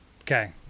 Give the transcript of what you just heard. Okay